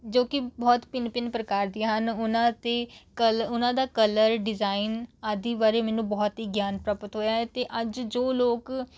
ਜੋ ਕਿ ਬਹੁਤ ਭਿੰਨ ਭਿੰਨ ਪ੍ਰਕਾਰ ਦੀਆਂ ਹਨ ਉਹਨਾਂ 'ਤੇ ਕਲ ਉਹਨਾਂ ਦਾ ਕਲਰ ਡਿਜ਼ਾਈਨ ਆਦਿ ਬਾਰੇ ਮੈਨੂੰ ਬਹੁਤ ਹੀ ਗਿਆਨ ਪ੍ਰਾਪਤ ਹੋਇਆ ਹੈ ਅਤੇ ਅੱਜ ਜੋ ਲੋਕ